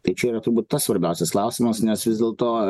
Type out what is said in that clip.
tai čia yra turbūt tas svarbiausias klausimas nes vis dėlto